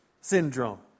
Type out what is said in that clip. syndrome